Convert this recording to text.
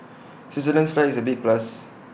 Switzerland's flag is A big plus